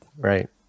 Right